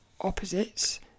opposites